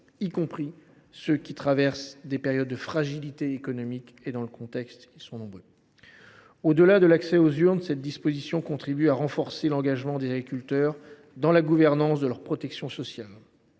y compris de ceux qui traversent des périodes de fragilité économique – ils sont actuellement nombreux. Au delà de l’accès aux urnes, cette disposition contribue à renforcer l’engagement des agriculteurs dans la gouvernance de leur protection sociale.